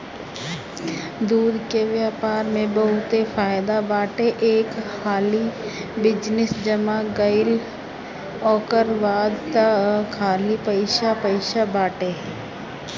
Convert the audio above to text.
दूध के व्यापार में बहुते फायदा बाटे एक हाली बिजनेस जम गईल ओकरा बाद तअ खाली पइसे पइसे बाटे